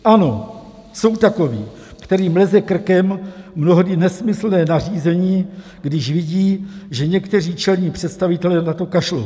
Ano, jsou takoví, kterým leze krkem mnohdy nesmyslné nařízení, když vidí, že někteří čelní představitelé na to kašlou.